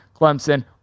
Clemson